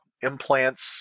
implants